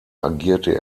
agierte